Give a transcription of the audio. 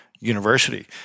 University